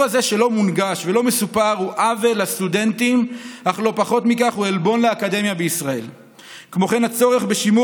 היא כי 84% מהסטודנטים בישראל שעבדו